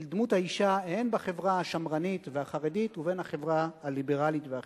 של דמות האשה הן בחברה השמרנית והחרדית והן בחברה הליברלית והחילונית.